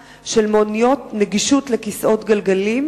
לעודד ולקדם הימצאותן של מוניות נגישות לכיסאות גלגלים?